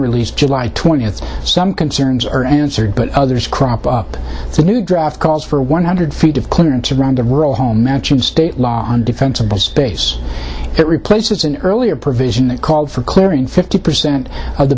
released july twentieth some concerns are answered but others crop up the new draft calls for one hundred feet of clearance around the rural home match and state law on defensible space it replaces an earlier provision that called for clearing fifty percent of the